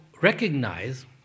recognize